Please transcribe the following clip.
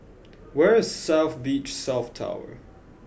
where is South Beach South Tower